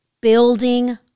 building